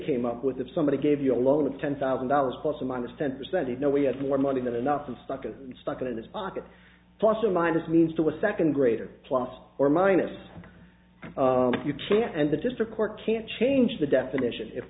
came up with somebody gave you a loan of ten thousand dollars plus or minus ten percent you know we had more money than enough in stock of stock in this pocket plus or minus means to a second grader plus or minus you can and the district court can change the definition if